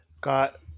got